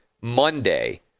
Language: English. Monday